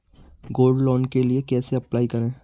Gold loan के लिए कैसे अप्लाई करें?